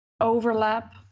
overlap